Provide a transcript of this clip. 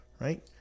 right